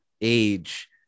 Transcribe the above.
age